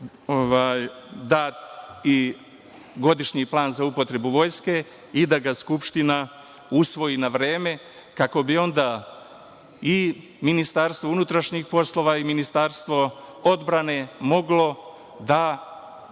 dat i godišnji plan za upotrebu Vojske i da ga Skupština usvoji na vreme, kako bi onda i Ministarstvo unutrašnjih poslova i Ministarstvo odbrane, moglo da